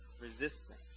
resistance